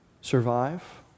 survive